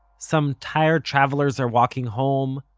some tired travelers are walking home,